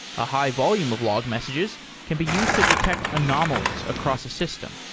a high volume of log messages can be used to detect anomalies across a system.